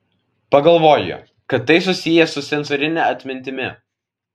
pagalvojo kad tai susiję su sensorine atmintimi